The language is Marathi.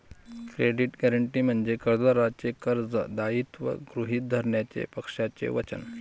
क्रेडिट गॅरंटी म्हणजे कर्जदाराचे कर्ज दायित्व गृहीत धरण्याचे पक्षाचे वचन